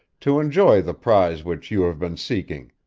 to enjoy the prize which you have been seeking,